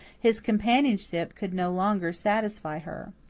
his companionship could no longer satisfy her.